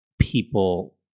people